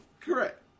Correct